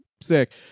sick